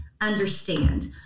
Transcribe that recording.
understand